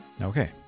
Okay